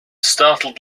startled